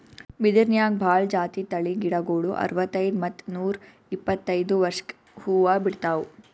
ಬಿದಿರ್ನ್ಯಾಗ್ ಭಾಳ್ ಜಾತಿ ತಳಿ ಗಿಡಗೋಳು ಅರವತ್ತೈದ್ ಮತ್ತ್ ನೂರ್ ಇಪ್ಪತ್ತೈದು ವರ್ಷ್ಕ್ ಹೂವಾ ಬಿಡ್ತಾವ್